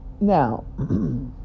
Now